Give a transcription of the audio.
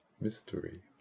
mystery